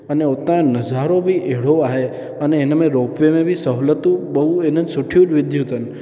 अने उतांजो नज़ारो बि अहिड़ो आहे अने हिन रोप वे में बि सहूलियतूं बहू इन्हनि सुठियूं विधी अथनि